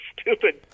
stupid